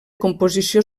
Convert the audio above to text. composició